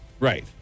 Right